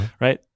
right